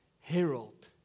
herald